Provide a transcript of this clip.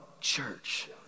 church